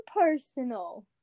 personal